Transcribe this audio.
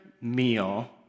meal